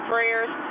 prayers